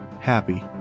happy